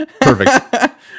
Perfect